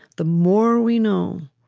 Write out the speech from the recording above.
the more we know